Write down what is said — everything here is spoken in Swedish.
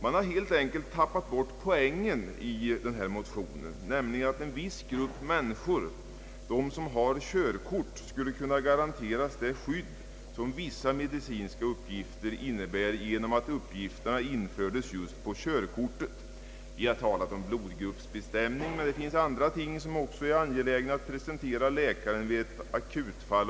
Man har ju helt enkelt tappat bort poängen i motionen, nämligen att en viss grupp människor — de som innehar körkort skulle kunna garanteras det skydd som vissa medicinska uppgifter innebär, genom att uppgifterna införs på körkorten. Vi har talat om bl.a. blodgruppsbestämning, men det finns också andra ting som är angelägna att presentera läkaren vid ett akutfall.